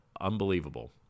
Unbelievable